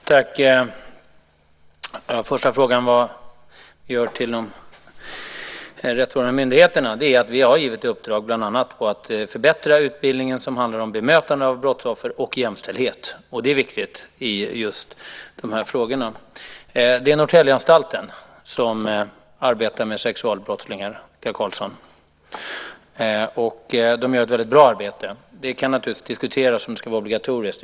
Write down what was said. Herr talman! Den första frågan gällde de rättsvårdande myndigheterna. Vi har givit uppdrag bland annat om att förbättra utbildningen som handlar om bemötande av brottsoffer och jämställdhet, och det är viktigt i just de här frågorna. Det är Norrtäljeanstalten som arbetar med sexualbrottslingar, Annika Qarlsson, och man gör ett väldigt bra arbete. Det kan naturligtvis diskuteras om det ska vara obligatoriskt.